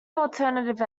alternative